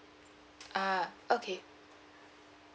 ah okay